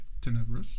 Tenebris